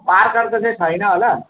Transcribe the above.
पार्करको चाहिँ छैन होला